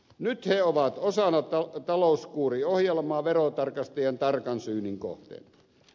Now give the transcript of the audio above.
nyt he ovat osana talouskuuriohjelmaa verotarkastajien tarkan syynin kohteena